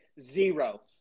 zero